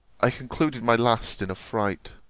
i concluded my last in a fright.